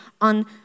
on